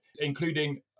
including